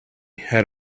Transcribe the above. had